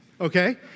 okay